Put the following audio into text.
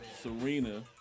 Serena